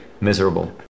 miserable